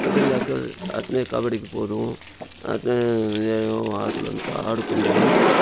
వదిల లేక అట్లే కబడ్డీకి పోతాము అట్లే ఏవో ఆటలంతా ఆడుకుంటాము